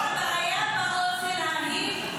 יש לך בעיה באוזן ההיא?